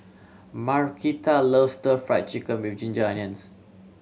Markita loves Stir Fry Chicken with ginger onions